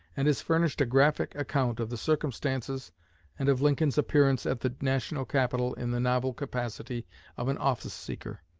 and has furnished a graphic account of the circumstances and of lincoln's appearance at the national capital in the novel capacity of an office-seeker.